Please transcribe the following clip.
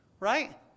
right